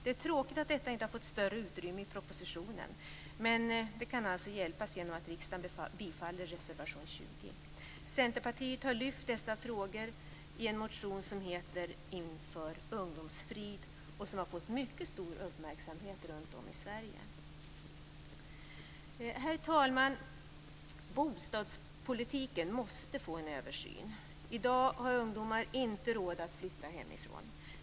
Det är tråkigt att detta inte har fått större utrymme i propositionen, men det kan avhjälpas genom att riksdagen bifaller reservation 20. Centerpartiet har lyft fram dessa frågor i en motion med rubriken Inför ungdomsfrid, som har fått mycken uppmärksamhet runtom i Sverige. Herr talman! Bostadspolitiken måste få en översyn. I dag har ungdomar inte råd att flytta hemifrån.